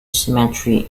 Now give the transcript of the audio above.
cemetery